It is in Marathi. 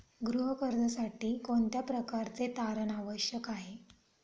गृह कर्जासाठी कोणत्या प्रकारचे तारण आवश्यक आहे?